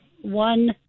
One